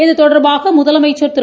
இத்தொடர்பாகமுதலமைச்சர் திரு